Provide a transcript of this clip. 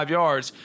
yards